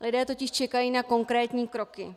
Lidé totiž čekají na konkrétní kroky.